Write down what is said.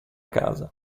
casa